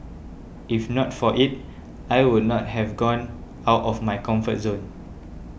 if not for it I would not have gone out of my comfort zone